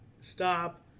stop